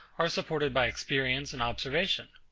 are supported by experience and observation.